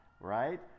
right